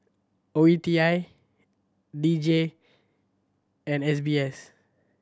O E T I D J and S B S